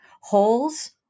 Holes